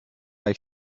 they